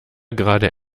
gerade